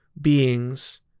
beings